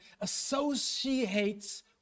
associates